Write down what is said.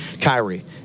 Kyrie